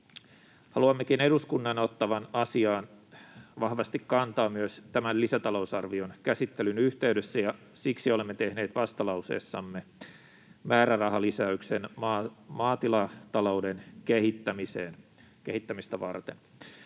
Haluammekin eduskunnan ottavan asiaan vahvasti kantaa myös tämän lisätalousarvion käsittelyn yhteydessä, ja siksi olemme tehneet vastalauseessamme määrärahalisäyksen maatilatalouden kehittämistä varten.